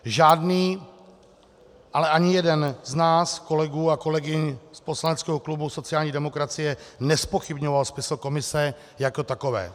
Žádný, ale ani jeden z nás, kolegů a kolegyň z poslaneckého klubu sociální demokracie, nezpochybňoval smysl komise jako takové.